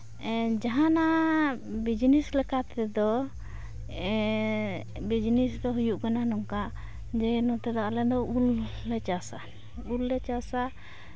ᱡᱟᱦᱟᱱᱟᱜ ᱵᱤᱡᱽᱱᱮᱥ ᱞᱮᱠᱟᱛᱮᱫᱚ ᱵᱤᱡᱽᱱᱮᱥ ᱫᱚ ᱦᱩᱭᱩᱜ ᱠᱟᱱᱟ ᱱᱚᱝᱠᱟ ᱡᱮ ᱱᱚᱛᱮ ᱫᱚ ᱟᱞᱮ ᱫᱚ ᱩᱞ ᱞᱮ ᱪᱟᱥᱼᱟ ᱩᱞ ᱞᱮ ᱪᱟᱥᱼᱟ